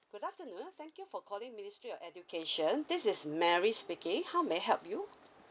good afternoon thank you for calling ministry of education this is mary speaking how may I help you